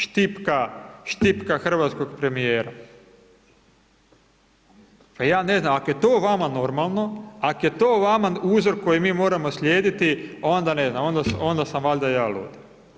Štipka, štipka hrvatskog premijera, pa ja ne znam ak je to vama normalno, ak je to vama uzor koji mi moramo slijediti onda ne znam, onda sam valjda ja lud.